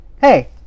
hey